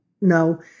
no